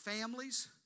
families